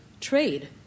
trade